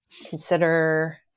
consider